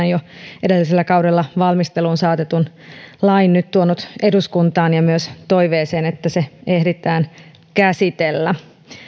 jo edellisellä kaudella valmisteluun saatetun lain nyt tuonut eduskuntaan ja myös toiveeseen että se ehditään käsitellä